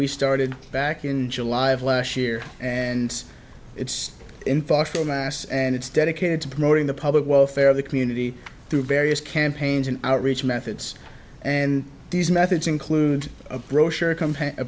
we started back in july of last year and it's in foster mass and it's dedicated to promoting the public welfare of the community through various campaigns and outreach methods and these methods include a brochure a